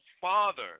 father